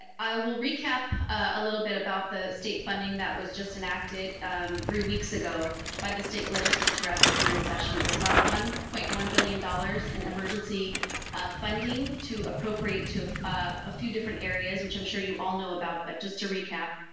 i will recap a little bit about the state funding that was just enacted three weeks ago by the state legislature as we were in session. it was about a one point one billion dollars in emergency funding to appropriate to a few different areas which i'm sure you all know about but just to recap.